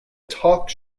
talk